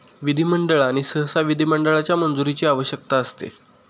विधिमंडळ आणि सहसा विधिमंडळाच्या मंजुरीची आवश्यकता असते